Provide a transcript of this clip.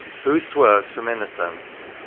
who swerves from innocence,